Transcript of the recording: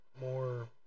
more